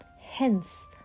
Hence